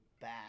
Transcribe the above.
back